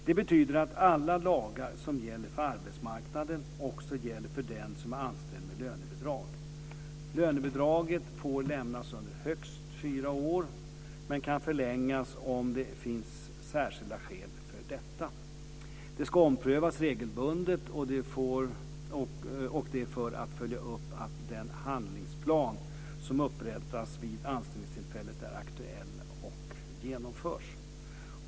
Det betyder att alla lagar som gäller för arbetsmarknaden också gäller för den som är anställd med lönebidrag. Lönebidraget får lämnas under högst fyra år, men kan förlängas om det finns särskilda skäl för det. Det ska omprövas regelbundet, och det för att följa upp att den handlingsplan som upprättas vid anställningstillfället är aktuell och genomförs.